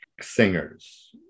singers